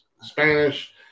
Spanish